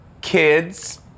kids